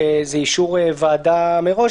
שזה אישור ועדה מראש,